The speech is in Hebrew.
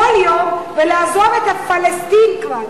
כל יום, ולעזוב את פלסטין כבר.